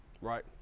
right